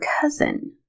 cousin